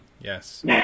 Yes